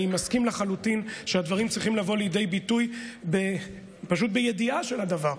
אני מסכים לחלוטין שהדברים צריכים לבוא לידי ביטוי בידיעה של הדבר,